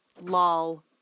Lol